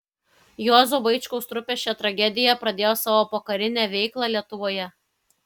juozo vaičkaus trupė šia tragedija pradėjo savo pokarinę veiklą lietuvoje